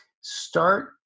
Start